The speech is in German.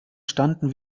standen